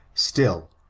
still,